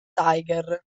tiger